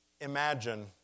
Imagine